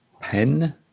Pen